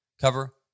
cover